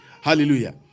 Hallelujah